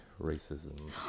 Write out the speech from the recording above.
racism